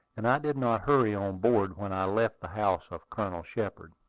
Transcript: and i did not hurry on board when i left the house of colonel shepard.